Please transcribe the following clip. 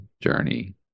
journey